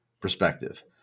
perspective